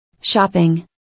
Shopping